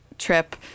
trip